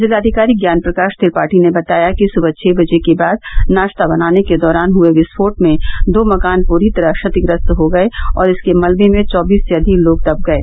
जिलाधिकारी ज्ञान प्रकाश त्रिपाठी ने बताया कि सुबह छः बजे के बाद नाश्ता बनाने के दौरान हुये विस्फोट में दो मकान पूरी तरह क्षतिग्रस्त हो गये और इसके मलबे में चौबीस से अधिक लोग दब गये